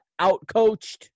outcoached